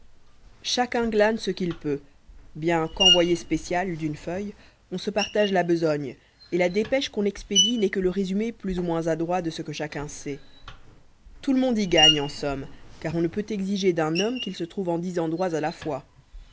chacun glane ce qu'il peut bien qu envoyé spécial d'une feuille on se partage la besogne et la dépêche qu'on expédie n'est que le résumé plus ou moins adroit de ce que chacun sait tout le monde y gagne en somme car on ne peut exiger d'un homme qu'il se trouve en dix endroits à la fois